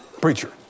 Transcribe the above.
preacher